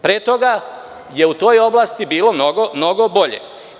Pre toga je u toj oblasti bilo mnogo bolje.